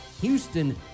Houston